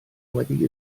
wedi